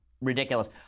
ridiculous